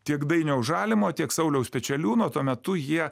tiek dainiaus žalimo tiek sauliaus pečeliūno tuo metu jie